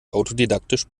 autodidaktisch